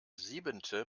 siebente